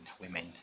women